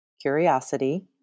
curiosity